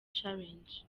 challenge